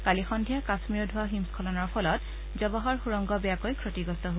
কালি সদ্ধিয়া কাম্মীৰত হোৱা হিমস্বলনৰ ফলত জৱাহৰ সূৰংগ বেয়াকৈ ক্ষতিগ্ৰস্ত হয়